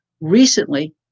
recently